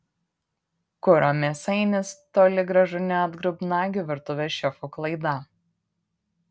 kuro mėsainis toli gražu ne atgrubnagių virtuvės šefų klaida